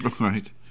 Right